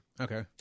Okay